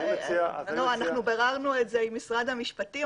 אנחנו ביררנו את זה עם משרד המשפטים,